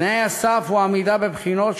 תנאי הסף הוא עמידה בבחינות,